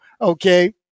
okay